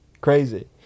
Crazy